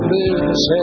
business